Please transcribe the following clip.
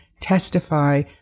testify